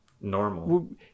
normal